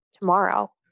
tomorrow